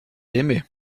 aimait